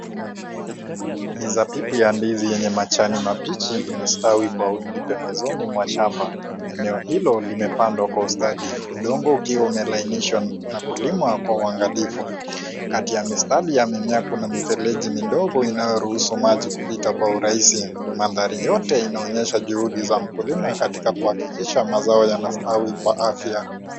Mizabibu ya ndizi yenye majani mabichi imestawi kwa wingi pembezoni mwa shamba , eneo hilo limepandwa kwa ustadi , udongo ukiwa umelainishwa na kulimwa kwa uangalifu , kati ya mistari yamemea kunamifereji midogo inayoruhusu maji kupita kwa urahisi , mandhari yote inaonyesha juhudi za mkulima katika kuhakikisha mazao yana stawi kwa afya.